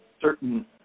certain